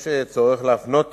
יש צורך להפנות